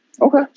okay